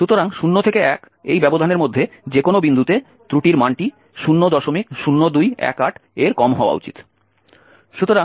সুতরাং 0 থেকে 1 এই ব্যবধানের মধ্যে যে কোনও বিন্দুতে ত্রুটির মানটি 00218 এর কম হওয়া উচিত